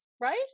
right